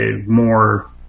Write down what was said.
more